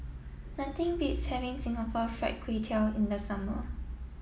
nothing beats having Singapore Fried Kway Tiao in the summer